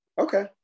Okay